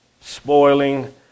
spoiling